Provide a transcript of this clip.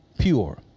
pure